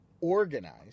organized